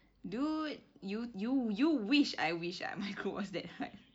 dude you you you wish I wish ah my group was that hype